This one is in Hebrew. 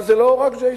אבל, זה לא רק J Street.